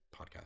podcast